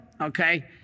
okay